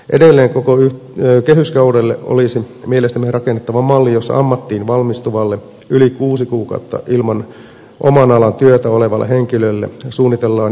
edelleen koko kehyskaudelle olisi mielestämme rakennettava malli jossa ammattiin valmistuvalle yli kuusi kuukautta ilman oman alan työtä olevalle henkilölle suunnitellaan jatkokoulutusmalli